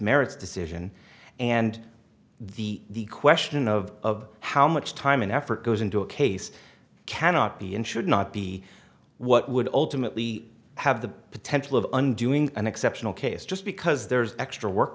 merits decision and the question of how much time and effort goes into a case cannot be and should not be what would ultimately have the potential of undoing an exceptional case just because there's extra work